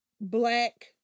Black